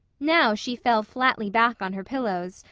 now she fell flatly back on her pillows,